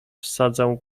wsadzał